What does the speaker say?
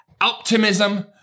optimism